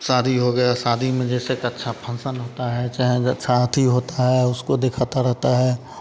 शादी हो गया शादी में जैसे एक अच्छा फंकसन होता है चाहें शादी होता है उसको देखाता रहता है